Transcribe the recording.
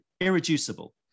irreducible